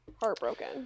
Heartbroken